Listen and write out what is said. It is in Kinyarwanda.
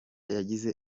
yagize